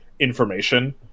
information